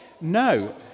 No